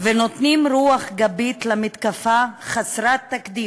ונותנים רוח גבית למתקפה חסרת תקדים,